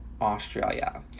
Australia